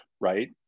right